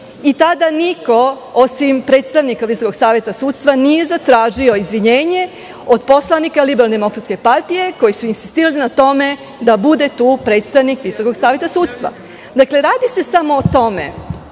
Tada niko osim predstavnika Visokog saveta sudstva nije zatražio izvinjenje od poslanika LDP, koji su insistirali na tome da bude tu predstavnika Visokog saveta sudstva. Dakle, radi se samo o tome,